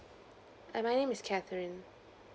err my name is catherine